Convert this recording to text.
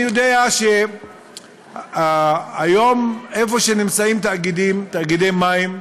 אני יודע שהיום, איפה שנמצאים תאגידי מים,